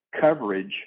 coverage